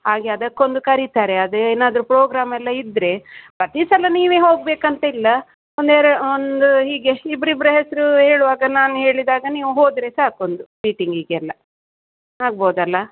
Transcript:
ಹಾಗೆ ಅದಕ್ಕೊಂದು ಕರಿತಾರೆ ಅದೇನಾದರು ಪ್ರೋಗ್ರಾಮ್ ಎಲ್ಲ ಇದ್ದರೆ ಪ್ರತಿಸಲ ನೀವೇ ಹೋಗಬೇಕಂತಿಲ್ಲ ಒಂದೆರ ಒಂದು ಹೀಗೆ ಇಬ್ಬಿಬ್ರ ಹೆಸರು ಹೇಳುವಾಗ ನಾನು ಹೇಳಿದಾಗ ನೀವು ಹೋದರೆ ಸಾಕು ಒಂದು ಮೀಟಿಂಗಿಗೆಲ್ಲ ಆಗ್ಬೊದಲ್ಲ